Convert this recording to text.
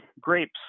grapes